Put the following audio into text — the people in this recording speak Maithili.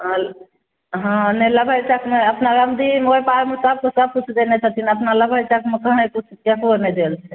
हँ नहि लाभार्थीमे अपना रमदीव ओहि पारमे सबके सबकिछु देने छथिन अपना लगमे कहाँ किछु ककरो नहि देल छै